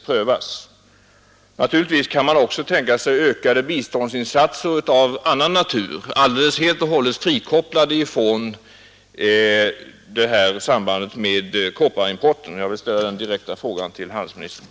Man kan naturligtvis också tänka sig ökade biståndsinsatser av annan natur, helt och hållet frikopplade från kopparimporten.